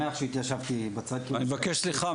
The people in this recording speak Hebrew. מירב, אני מבקש סליחה.